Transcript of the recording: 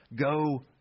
go